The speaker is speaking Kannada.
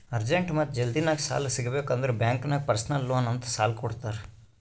ಅರ್ಜೆಂಟ್ ಮತ್ತ ಜಲ್ದಿನಾಗ್ ಸಾಲ ಸಿಗಬೇಕ್ ಅಂದುರ್ ಬ್ಯಾಂಕ್ ನಾಗ್ ಪರ್ಸನಲ್ ಲೋನ್ ಅಂತ್ ಸಾಲಾ ಕೊಡ್ತಾರ್